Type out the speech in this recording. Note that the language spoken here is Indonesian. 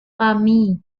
kami